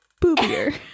boobier